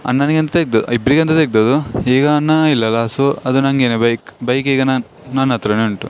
ಅಣ್ಣನಿಗಂತ ತೆಗ್ದದ್ದು ಇಬ್ಬರಿಗೆ ಅಂತ ತೆಗ್ದದ್ದು ಈಗ ಅಣ್ಣ ಇಲ್ಲಲ್ಲಾ ಸೊ ಅದು ನಂಗೆ ಬೈಕ್ ಬೈಕ್ ಈಗ ನಾನು ನನ್ನ ಹತ್ರವೇ ಉಂಟು